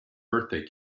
birthday